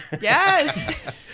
Yes